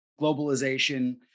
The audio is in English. globalization